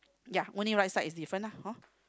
ya only right side is different ah hor